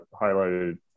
highlighted